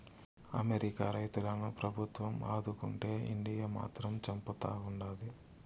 America రైతులను ప్రభుత్వం ఆదుకుంటే ఇండియా మాత్రం చంపుతా ఉండాది